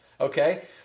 okay